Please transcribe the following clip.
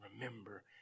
remember